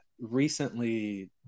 recently